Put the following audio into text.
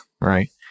right